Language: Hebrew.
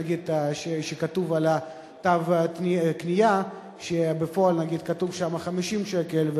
נגיד שבפועל כתוב על תו הקנייה 50 שקל,